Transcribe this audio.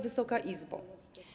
Wysoka Izbo!